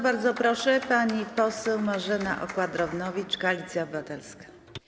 Bardzo proszę, pani poseł Marzena Okła-Drewnowicz, Koalicja Obywatelska.